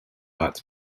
arts